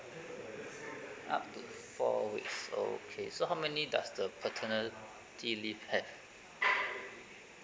up to four weeks okay so how many does the paternity leave have